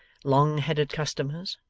long-headed customers,